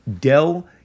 Dell